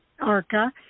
ARCA